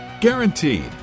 Guaranteed